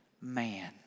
man